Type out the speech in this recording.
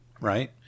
Right